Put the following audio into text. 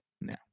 Now